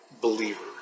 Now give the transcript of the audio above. believer